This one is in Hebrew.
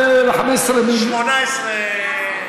זה 15 מיליון, 18 מיליון.